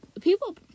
People